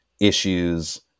issues